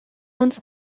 uns